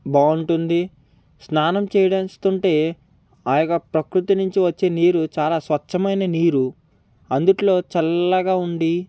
బాగుంటుంది స్నానం చేస్తుంటే ఆ యొక్క ప్రకృతి నుంచి వచ్చే నీరు చాలా స్వచ్ఛమైన నీరు అందుట్లో చల్లగా ఉండి